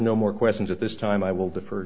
no more questions at this time i will defer